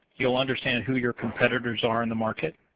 youill understand who your competitors are in the market,